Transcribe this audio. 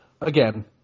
again